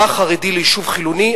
בא חרדי ליישוב חילוני,